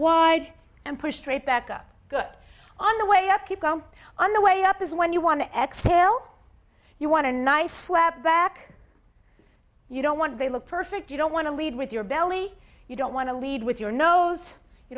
wide and push straight back up good on the way up keep go on the way up is when you want to exhale you want to nice flat back you don't want they look perfect you don't want to lead with your belly you don't want to lead with your nose you